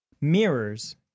mirrors